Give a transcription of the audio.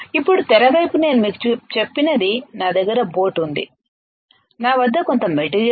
ఇప్పుడు తెర వైపు నేను మీకు చెప్పినది నా దగ్గర బోట్ ఉంది నా వద్ద కొంత మెటీరియల్ ఉంది